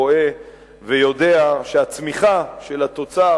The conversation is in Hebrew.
בוודאי רואה ויודע שהצמיחה של התוצר,